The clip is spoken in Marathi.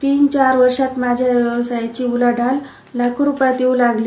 तीन चार वर्षात माझ्या व्यवसायाची उलाठाल लाखो रूपयात होऊ लागली